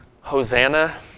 Hosanna